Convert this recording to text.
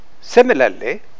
Similarly